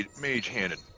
mage-handed